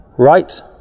right